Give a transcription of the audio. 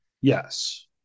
Yes